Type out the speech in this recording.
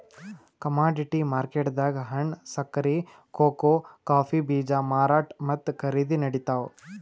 commodity ಮಾರ್ಕೆಟ್ದಾಗ್ ಹಣ್ಣ್, ಸಕ್ಕರಿ, ಕೋಕೋ ಕಾಫೀ ಬೀಜ ಮಾರಾಟ್ ಮತ್ತ್ ಖರೀದಿ ನಡಿತಾವ್